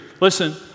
Listen